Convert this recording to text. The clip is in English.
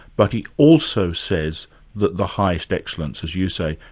but he also says that the highest excellence, as you say,